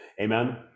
Amen